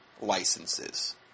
licenses